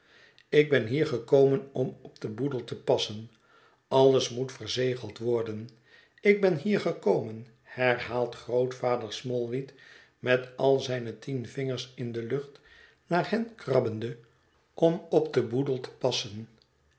ik ben hier gekomen om op den boedel te passen alles moet verzegeld worden ik ben hier gekomen herhaalt grootvader smallweed met al zijne tien vingers in de lucht naar hen krabbende om op den boedel te passen